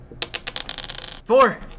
Four